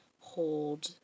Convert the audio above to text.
hold